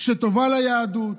שטובה ליהדות,